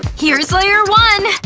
here's layer one!